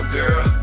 girl